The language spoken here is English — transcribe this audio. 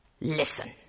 Listen